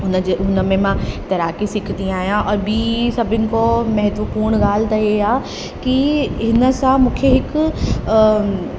हुनजे हुन में मां तैराकी सिखंदी आहियां और ॿीं सभिनी खां महत्वपूर्ण ॻाल्हि त इहे आहे कि हिन सां मूंखे हिकु